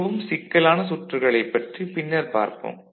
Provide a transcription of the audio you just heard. மிகவும் சிக்கலான சுற்றுகளைப் பற்றி பின்னர் பார்ப்போம்